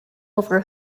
over